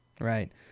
Right